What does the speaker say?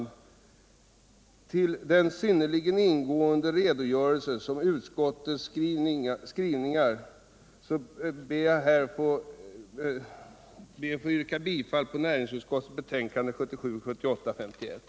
Med hänvisning till den synnerligen ingående redogörelse som återfinns i utskottets skrivning yrkar:jag bifall till hemställan i näringsutskottets betänkande 1977/78:51.